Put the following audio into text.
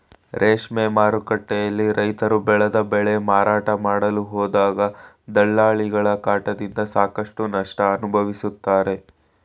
ರೇಷ್ಮೆ ಮಾರುಕಟ್ಟೆಯಲ್ಲಿ ರೈತ್ರು ಬೆಳೆದ ಬೆಳೆ ಮಾರಾಟ ಮಾಡಲು ಹೋದಾಗ ದಲ್ಲಾಳಿಗಳ ಕಾಟದಿಂದ ಸಾಕಷ್ಟು ನಷ್ಟ ಅನುಭವಿಸುತ್ತಾರೆ